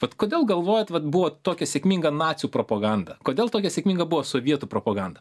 vat kodėl galvojat vat buvo tokia sėkminga nacių propaganda kodėl tokia sėkminga buvo sovietų propaganda